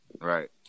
Right